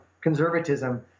conservatism